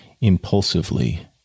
impulsively